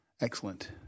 Excellent